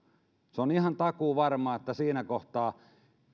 on ihan takuuvarmaa että siinä kohtaa